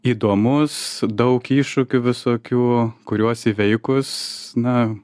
įdomus daug iššūkių visokių kuriuos įveikus na